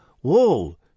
whoa